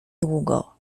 długo